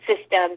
system